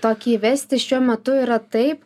tokį įvesti šiuo metu yra taip